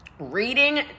Reading